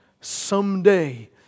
someday